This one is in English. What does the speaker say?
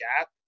gap